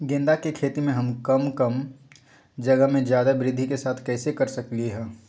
गेंदा के खेती हम कम जगह में ज्यादा वृद्धि के साथ कैसे कर सकली ह?